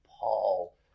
Paul